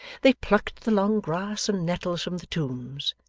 they plucked the long grass and nettles from the tombs,